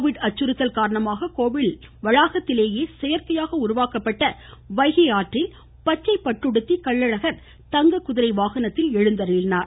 Covid அச்சுறுத்தல் காரணமாக கோவில் வளாகத்திலேயே செயற்கையாக உருவாக்கப்பட்ட வைகை ஆற்றில் பச்சைப் பட்டுத்தி கள்ளழகர் தங்க குதிரை வாகனத்தில் எழுந்தருளினார்